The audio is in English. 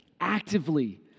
actively